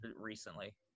recently